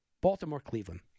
Baltimore-Cleveland